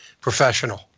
professional